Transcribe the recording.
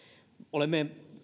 on